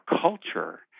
culture